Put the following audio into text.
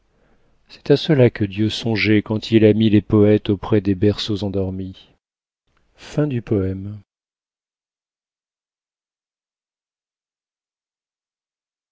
c'est à cela que dieu songeait quand il a mis les poètes auprès des berceaux endormis